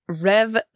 Rev